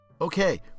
Okay